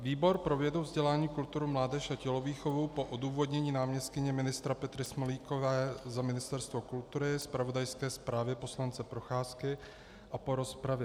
Výbor pro vědu, vzdělání, kulturu, mládež a tělovýchovu po odůvodnění náměstkyně ministra Petry Smolíkové za Ministerstvo kultury, zpravodajské zprávě poslance Procházky a po rozpravě